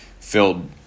filled